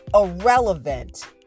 irrelevant